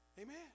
Amen